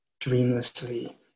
dreamlessly